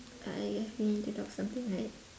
I we need to talk something right